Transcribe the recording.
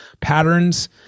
patterns